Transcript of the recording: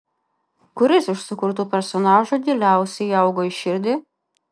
kuris iš sukurtų personažų giliausiai įaugo į širdį